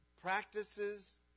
practices